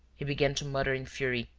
he began to mutter in fury,